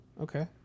Okay